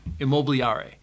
Immobiliare